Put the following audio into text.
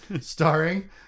starring